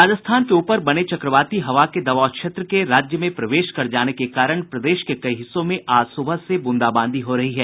राजस्थान के ऊपर बने चक्रवाती हवा के दबाव क्षेत्र के राज्य में प्रवेश कर जाने के कारण प्रदेश के कई हिस्सों में आज सुबह से बूंदाबांदी हो रही है